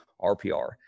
RPR